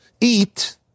eat